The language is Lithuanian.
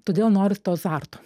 todėl noris to azarto